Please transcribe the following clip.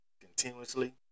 continuously